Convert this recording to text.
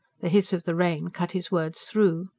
the hiss of the rain cut his words through.